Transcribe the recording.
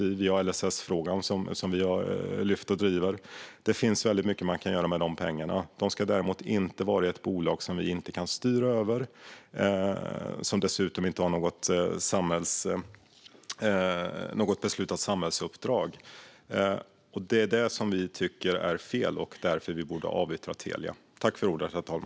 Vi har LSS-frågan, som vi har lyft och driver. Det finns mycket man kan göra med dessa pengar. Däremot ska de inte vara i ett bolag som vi inte kan styra över och som dessutom inte har något beslutat samhällsuppdrag. Det är det vi tycker är fel, och det är därför vi tycker att vi borde avyttra Telia.